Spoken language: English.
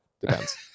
Depends